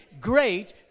great